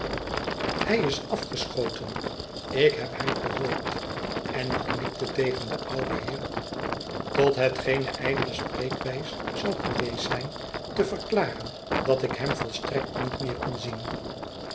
hij is afgeschoten ik heb hem gehoord en ik knikte tegen den ouden heer tot het geene ijdele spreekwijs zou geweest zijn te verklaren dat ik hem volstrek niet meerkon zien